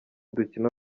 dukino